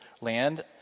land